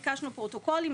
ביקשנו פרוטוקולים,